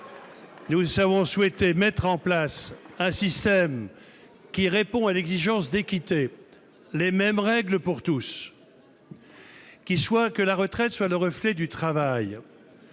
nous avons souhaité mettre en place un système répondant à l'exigence d'équité- les mêmes règles pour tous -, faisant de la retraite le reflet du travail